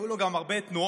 היו לו גם הרבה תנועות,